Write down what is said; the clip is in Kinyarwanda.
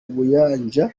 batangira